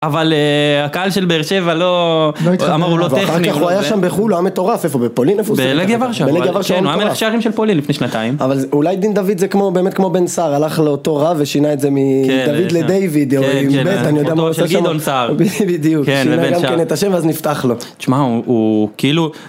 אבל הקהל של באר שבע לא, הוא אמר הוא לא טכני, ואחר כך הוא היה שם בחו"ל, הוא היה מטורף, איפה, בפולין איפה הוא שם, בלגיה ורשה, בלגיה ורשה, כן הוא היה מלך שערים של פולין לפני שנתיים, אבל אולי דין דוד זה באמת כמו בן שהר, הלך לאותו רב ושינה את זה מדוד לדיוויד, כן, כן, אני יודע מה הוא עושה שם, אותו גדעון סער, בדיוק, שינה גם כן את השם ואז נפתח לו, תשמע הוא כאילו